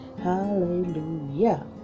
Hallelujah